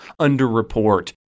underreport